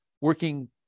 working